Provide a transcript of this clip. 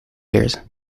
years